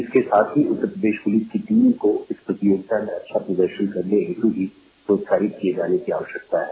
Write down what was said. इसके साथ ही उत्तर प्रदेश पूलिस टीम को इस प्रतियोगिता में अच्छा प्रदर्शन करने के लिए प्रोत्साहित किये जाने की आवश्यकता है